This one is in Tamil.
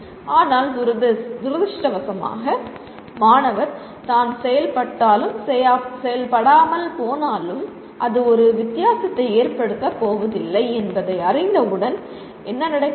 ஆனால் துரதிர்ஷ்டவசமாக மாணவர் தான் செயல்பட்டாலும் செயல்படாமல் போனாலும் அது ஒரு வித்தியாசத்தை ஏற்படுத்தப்போவதில்லை என்பதை அறிந்தவுடன் என்ன நடக்கிறது